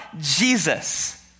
Jesus